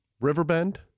riverbend